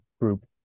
group